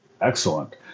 excellent